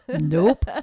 Nope